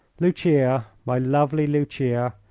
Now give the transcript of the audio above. lucia, my lovely lucia,